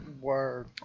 Word